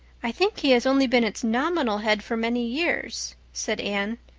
i think he has only been its nominal head for many years, said anne.